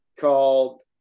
called